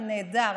נהדר,